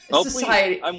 society